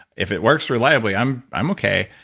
if it works reliably, i'm i'm okay.